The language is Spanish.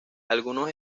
algunos